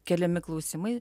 keliami klausimai